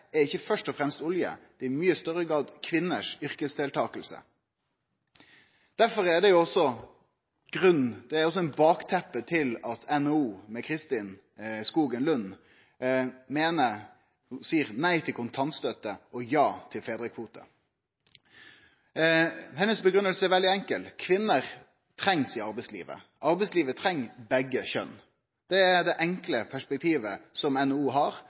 er ikkje først og fremst olje, det er i mykje større grad kvinners yrkesdeltaking. Dette er grunnen – bakteppet – for at NHO med Kristin Skogen Lund seier nei til kontantstøtte og ja til fedrekvote. Hennar grunngjeving er veldig enkel: Kvinner trengst i arbeidslivet, og arbeidslivet treng begge kjønn. Det er det enkle perspektivet som NHO har,